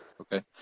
Okay